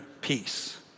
peace